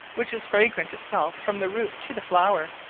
which is fragrance itself from the root to the flower,